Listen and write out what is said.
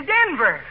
Denver